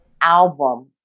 album